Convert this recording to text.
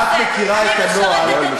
היא רוצה להגיב על מה שהוא אומר.